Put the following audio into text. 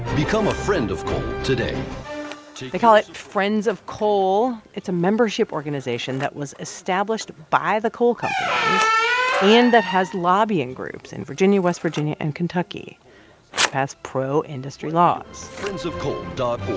become a friend of coal today they call it friends of coal. it's a membership organization that was established by the coal companies and that has lobbying groups in virginia, west virginia and kentucky to pass pro-industry laws friendsofcoal dot